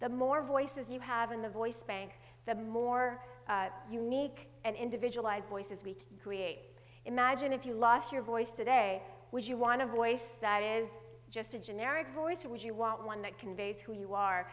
the more voices you have in the voice bank the more unique and individualized voices we create imagine if you lost your voice today would you want a voice that is just a generic voice or would you want one that conveys who you are